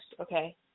okay